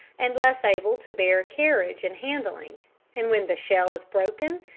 and less able to bear carriage and handling and when the shell is broken,